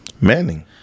Manning